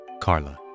Carla